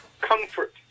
comfort